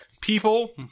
people